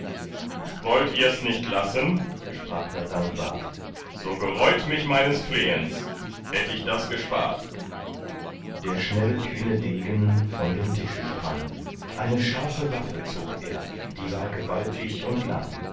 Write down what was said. wollt ihrs nicht lassen sprach da dankwart so gereut mich meines flehens hätt ich das gespart der schnelle kühne degen von dem tische sprang eine scharfe waffe zog er die war gewaltig und lang